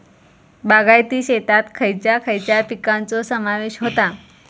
बागायती शेतात खयच्या खयच्या पिकांचो समावेश होता?